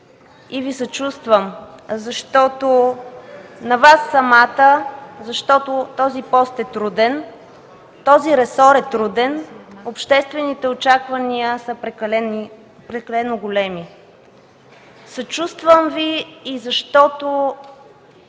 Съчувствам Ви на Вас самата, защото този пост е труден, този ресор е труден, обществените очаквания са прекалено големи. Съчувствам Ви и защото